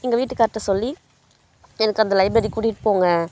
எங்கள் வீட்டுக்கார்கிட்ட சொல்லி எனக்கு அந்த லைப்ரரி கூட்டிகிட்டு போங்க